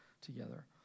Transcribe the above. together